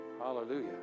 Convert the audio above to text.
Hallelujah